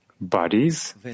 bodies